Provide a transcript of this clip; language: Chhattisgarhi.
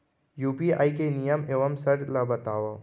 यू.पी.आई के नियम एवं शर्त ला बतावव